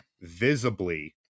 visibly